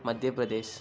Madhya Pradesh